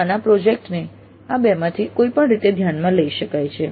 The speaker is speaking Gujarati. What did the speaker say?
તો નાના પ્રોજેક્ટ ને આ બેમાંથી કોઈ પણ રીતે ધ્યાનમાં લઇ શકાય છે